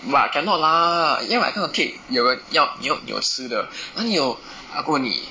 but cannot lah 要买那种 cake 有人要要你要有吃的哪里有跳过你